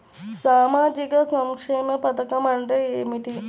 సామాజిక సంక్షేమ పథకం అంటే ఏమిటి?